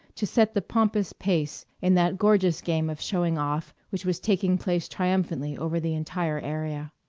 to set the pompous pace in that gorgeous game of showing off which was taking place triumphantly over the entire area.